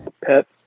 pet